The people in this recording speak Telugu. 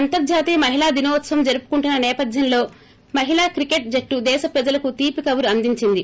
అంతర్జాతీయ మహిళా దినోత్సవం జరుపుకుంటున్న నేపధ్యంలో మహిళా క్రికెట్ జట్లు దేశ ప్రజలకి తీపి కబురు అందించింది